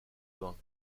bains